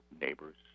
neighbors